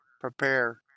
Prepare